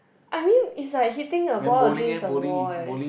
I mean it's like hitting a ball against a wall eh